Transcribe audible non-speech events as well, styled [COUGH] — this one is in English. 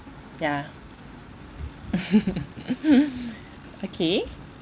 ya [LAUGHS] okay